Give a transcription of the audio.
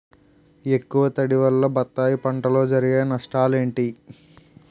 ఎక్కువ తడి వల్ల బత్తాయి పంటలో జరిగే నష్టాలేంటి?